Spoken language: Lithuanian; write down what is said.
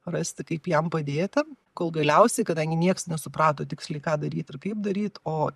rasti kaip jam padėti kol galiausiai kadangi nieks nesuprato tiksliai ką daryt ir kaip daryt o